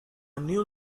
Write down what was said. new